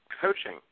coaching